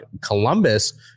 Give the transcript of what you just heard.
Columbus